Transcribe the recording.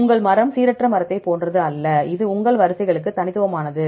உங்கள் மரம் சீரற்ற மரத்தைப் போன்றது அல்லது இது உங்கள் வரிசைகளுக்கு தனித்துவமானது